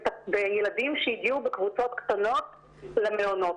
וילדים שהגיעו בקבוצות קטנות למעונות.